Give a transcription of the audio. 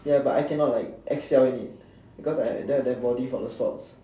ya but I cannot like excel in it because I don't have the body for sports